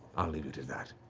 i'll leave it at that.